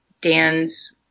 Dan's